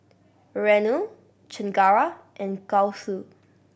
Renu Chengara and Gouthu